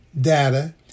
data